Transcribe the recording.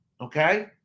Okay